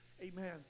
Amen